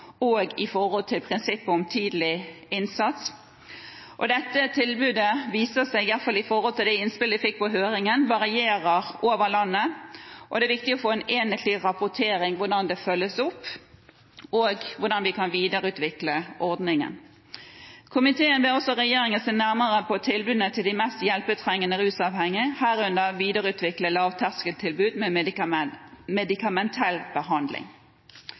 prinsippet om tidlig innsats. Dette tilbudet viser det seg – i hvert fall ut fra de innspill vi fikk i høringen – varierer over hele landet. Det er viktig å få en enhetlig rapportering om hvordan dette følges opp, og hvordan vi kan videreutvikle ordningen. Komiteen ber også regjeringen se nærmere på tilbudene til de mest hjelpetrengende rusavhengige, herunder videreutvikle lavterskeltilbud med medikamentell behandling.